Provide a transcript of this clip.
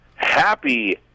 Happy